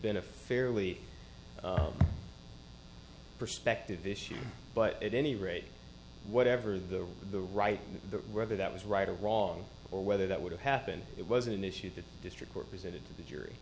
been a fairly perspective issue but at any rate whatever the the right whether that was right or wrong or whether that would have happened it wasn't an issue the district court presented to the